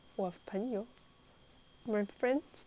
my friend stop then will